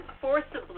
forcibly